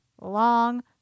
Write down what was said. Long